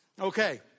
Okay